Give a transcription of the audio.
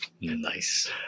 nice